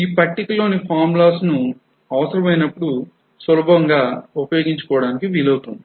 ఈ పట్టికలోని formulas ను అవసరమైనప్పుడు సులభంగా ఉపయోగించుకోండి